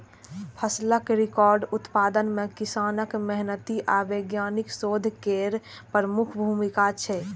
फसलक रिकॉर्ड उत्पादन मे किसानक मेहनति आ वैज्ञानिकक शोध केर प्रमुख भूमिका छै